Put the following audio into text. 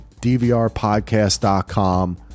DVRPodcast.com